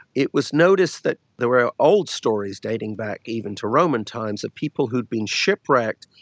it was noticed that there were ah old stories dating back even to roman times of people who had been shipwrecked,